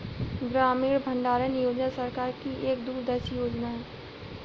ग्रामीण भंडारण योजना सरकार की एक दूरदर्शी योजना है